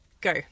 Go